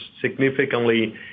significantly